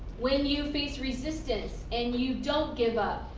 when you face resistance and you don't give up,